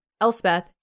Elspeth